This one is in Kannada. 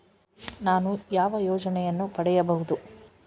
ನಾನು ಯಾವ ಯೋಜನೆಯನ್ನು ಪಡೆಯಬಹುದು?